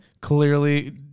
clearly